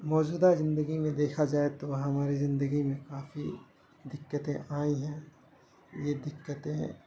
موجودہ زندگی میں دیکھا جائے تو ہماری زندگی میں کافی دقتیں آئی ہیں یہ دقتیں